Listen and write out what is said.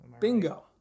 Bingo